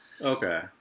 Okay